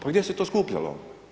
Pa gdje se to skupljalo?